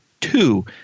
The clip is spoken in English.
two